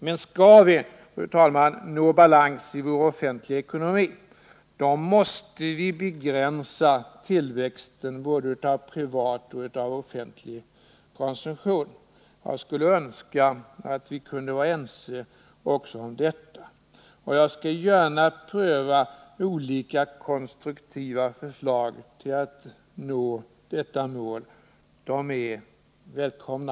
Men, fru talman, skall vi nå balans i vår offentliga ekonomi måste vi begränsa tillväxten både av privat och av offentlig konsumtion. Jag skulle önska att vi kunde vara ense också om detta. Och jag skulle gärna pröva olika konstruktiva förslag för att nå detta mål — de är välkomna.